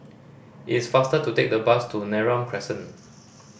it's faster to take the bus to Neram Crescent